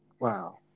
Wow